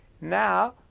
now